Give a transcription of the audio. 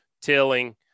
tilling